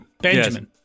Benjamin